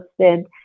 posted